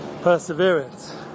perseverance